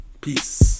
Peace